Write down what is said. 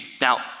Now